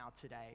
today